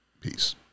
Peace